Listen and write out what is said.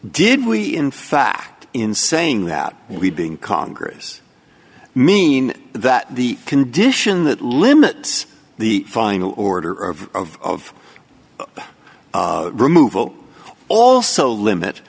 did we in fact in saying that we being congress mean that the condition that limits the final order of removal also limit